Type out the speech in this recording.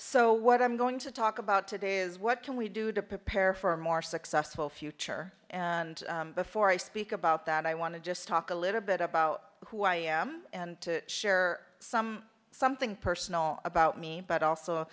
so what i'm going to talk about today is what can we do to prepare for a more successful future and before i speak about that i want to just talk a little bit about who i am and to share some something personal about me but also